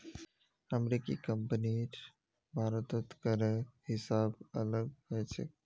अमेरिकी कंपनीर भारतत करेर हिसाब अलग ह छेक